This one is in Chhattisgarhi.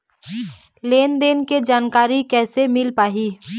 लेन देन के जानकारी कैसे मिल पाही?